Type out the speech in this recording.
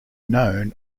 known